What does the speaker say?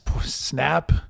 Snap